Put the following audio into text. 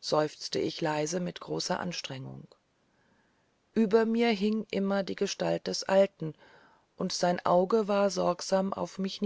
seufzte ich leise mit großer anstrengung über mir hing immer die gestalt des alten und sein auge war sorgsam auf mich